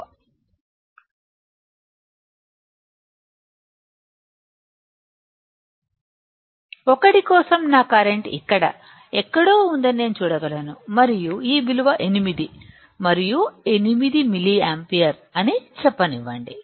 1 కోసం నా కరెంట్ ఇక్కడ ఎక్కడో ఉందని నేను చూడగలను మరియు ఈ విలువ 8 మరియు 8 మిల్లియంపేర్ అని చెప్పనివ్వండి